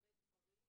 הרבה דברים.